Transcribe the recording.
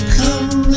come